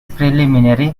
preliminary